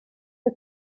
wir